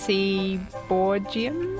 Seaborgium